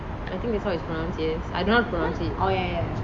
I think that's how it's pronounced yes I don't know how to pronounce it